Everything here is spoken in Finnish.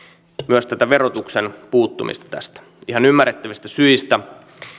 myös tätä verotuksen puuttumista tästä ihan ymmärrettävistä syistä